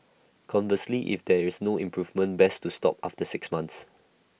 conversely if there is no improvement best to stop after six months